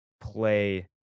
play